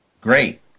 Great